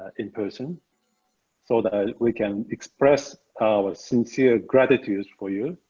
in person so that ah we can express our sincere gratitude for you.